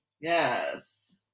Yes